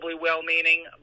well-meaning